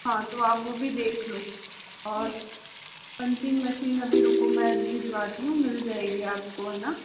हाँ तो आप वो भी देख लो और पंचिंग मशीन अभी रुको मैं भिजवाती हूँ मिल जाएगी आपको है ना